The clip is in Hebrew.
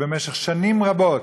במשך שנים רבות